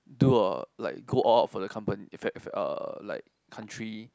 do or like go all out for the company fa~ fa~ uh like country